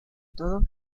todo